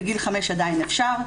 בגיל חמש עדיין אפשר.